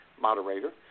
moderator